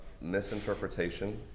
misinterpretation